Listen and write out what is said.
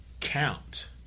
count